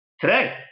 today